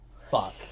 fuck